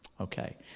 Okay